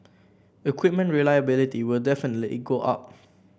equipment reliability will definitely go up